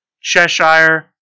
Cheshire